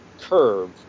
curve